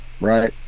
right